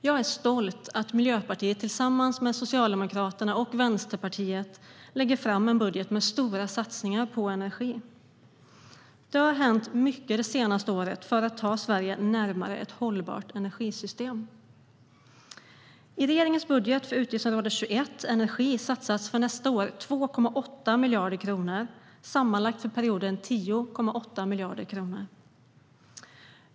Jag är stolt över att Miljöpartiet tillsammans med Socialdemokraterna och Vänsterpartiet lägger fram en budget med stora satsningar på energi. Det har hänt mycket det senaste året för att ta Sverige närmare ett hållbart energisystem. I regeringens budget för utgiftsområde 21, Energi, satsas för nästa år 2,8 miljarder kronor och sammanlagt för perioden 10,8 miljarder kronor.